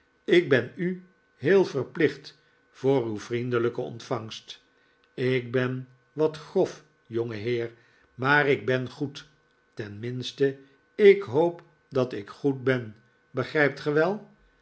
ik ben u heel verplicht voor uw vriendelijke ontvangst ik ben wat grof jongeheer maar ik ben goed tenminste ik hoop dat ik goed ben begrijpt ge wel